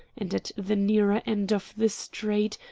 and at the nearer end of the street,